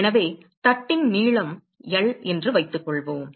எனவே தட்டின் நீளம் L என்று வைத்துக்கொள்வோம்